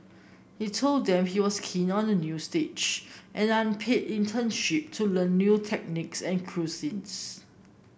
he told them he was keen on a new stage an unpaid internship to learn new techniques and cuisines